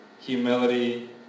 humility